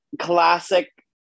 classic